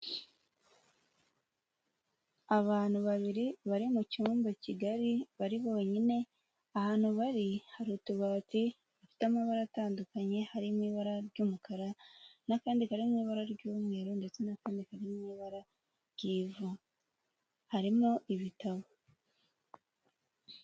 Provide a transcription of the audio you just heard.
Abantu babiri bari mu cyumba kigari bari bonyine, ahantu bari hari utubati dufite amabara atandukanye, harimo ibara ry'umukara n'akandi kari mu ibara ry'umweru ndetse n'akandi kari mu ibara ry'ivu. Harimo ibitabo.